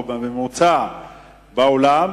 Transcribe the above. או בממוצע בעולם,